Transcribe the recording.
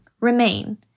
remain